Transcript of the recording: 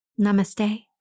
Namaste